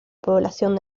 población